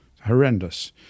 Horrendous